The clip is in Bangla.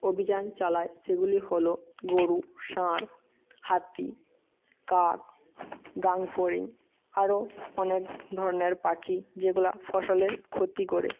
অভিযান চালায় সেগুলি হল গরু ষাঁড় হাতি কাক গাঙফড়িং আরো অনেক ধরনের পাখি যেগুলো ফসলের ক্ষতি করে